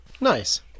Nice